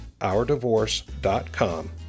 OurDivorce.com